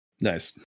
Nice